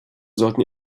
sollten